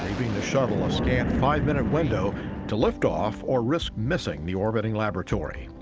the shuttle a scant five minute window to lift off or risk missing the orbiting laboratory.